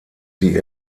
sie